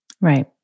Right